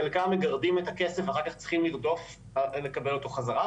חלקם מגרדים את הכסף ואחר כך צריכים לרדוף כדי לקבל אותו חזרה,